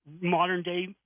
modern-day